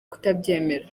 kutabyemera